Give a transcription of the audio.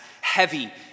heavy